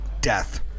death